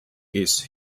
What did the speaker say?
its